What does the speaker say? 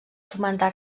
fomentar